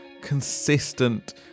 consistent